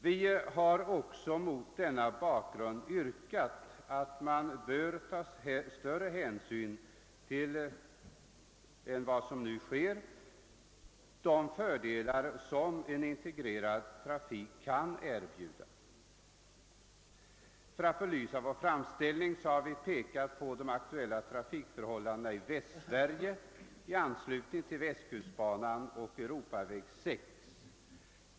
Vi har också mot denna bakgrund yrkat att större hänsyn än vad som sker för närvarande bör tas till de fördelar som en integrerad trafik kan erbjuda. För att belysa vår framställning har vi pekat på de aktuella trafikförhållandena i Västsverige i anslutning till västkustbanan och Europaväg 6.